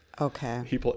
Okay